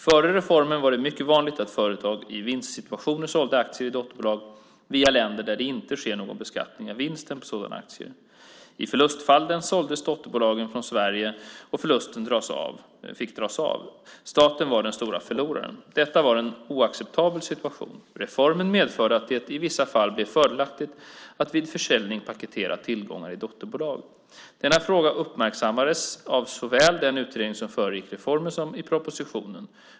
Före reformen var det mycket vanligt att företag i vinstsituationer sålde aktier i dotterbolag via länder där det inte sker någon beskattning av vinsten på sådana aktier. I förlustfallen såldes dotterbolagen från Sverige och förlusten fick dras av. Staten var den stora förloraren. Detta var en oacceptabel situation. Reformen medförde att det i vissa fall blev fördelaktigt att vid försäljning paketera tillgångar i dotterbolag. Denna fråga uppmärksammades av såväl den utredning som föregick reformen som i propositionen.